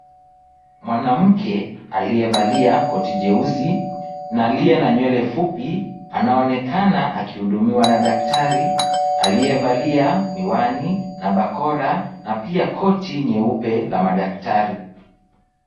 Mwanamke aliyevalia koti jeusi na aliye na nywele fupi anaonekana akihudumiwa na daktari aliyevalia miwani na bakora na pia koti nyeupe la madaktari.